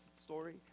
story